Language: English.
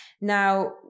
Now